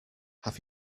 have